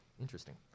Interesting